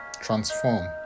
transform